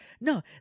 no